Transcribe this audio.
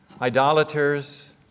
idolaters